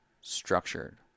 structured